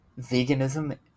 veganism